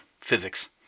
Physics